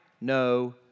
no